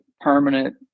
permanent